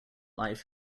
life